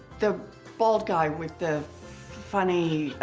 the bald guy with the funny